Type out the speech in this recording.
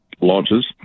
launches